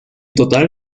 total